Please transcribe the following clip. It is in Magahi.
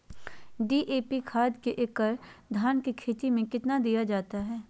डी.ए.पी खाद एक एकड़ धान की खेती में कितना दीया जाता है?